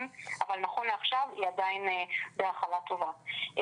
אבל נכון לעכשיו היא עדיין בהכלה טובה,